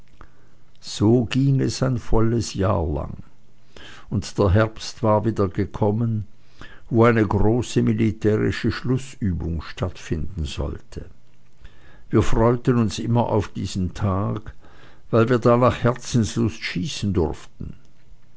so ging es ein volles jahr lang und der herbst war wieder gekommen wo eine große militärische schlußübung stattfinden sollte wir freuten uns immer auf diesen tag weil wir da nach herzenslust schießen durften